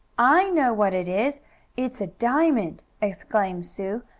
i know what it is it's a diamond! exclaimed sue.